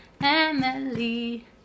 Emily